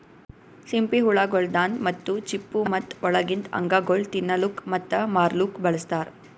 ಸಿಂಪಿ ಹುಳ ಗೊಳ್ದಾಂದ್ ಮುತ್ತು, ಚಿಪ್ಪು ಮತ್ತ ಒಳಗಿಂದ್ ಅಂಗಗೊಳ್ ತಿನ್ನಲುಕ್ ಮತ್ತ ಮಾರ್ಲೂಕ್ ಬಳಸ್ತಾರ್